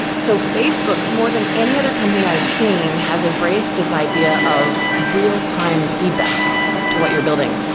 so facebook more than any other company i've seen has embraced this idea of real-time feedback to what you're building.